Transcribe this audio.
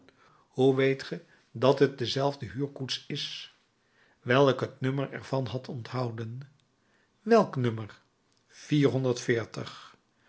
hoe weet ge dat het dezelfde huurkoets is wijl ik het nummer ervan had onthouden welk nummer